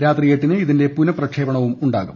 രാത്രി എട്ടിന് ഇതിന്റെ പുനഃപ്രക്ഷേപണമുണ്ടാകും